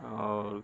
आओर